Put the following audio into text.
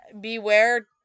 Beware